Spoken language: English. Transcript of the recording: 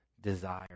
desire